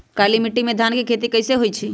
काली माटी में धान के खेती कईसे होइ छइ?